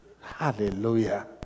Hallelujah